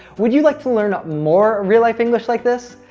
would you like to learn more real-life english like this?